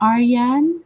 Aryan